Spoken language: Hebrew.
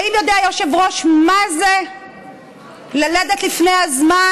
האם יודע היושב-ראש מה זה ללדת לפני הזמן?